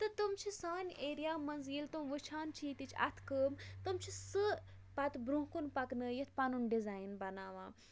تہٕ تِم چھِ سانہِ ایریا منٛز ییٚلہِ تِم وٕچھان چھِ ییٚتِچ اَتھٕ کٲم تِم چھِ سہٕ پَتہٕ بروںٛہہ کُن پَکنٲیِتھ پَنُن ڈِزاین بَناوان